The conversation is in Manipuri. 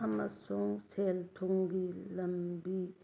ꯑꯃꯁꯨꯡ ꯁꯦꯜ ꯊꯨꯝꯒꯤ ꯂꯝꯕꯤ